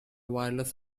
wireless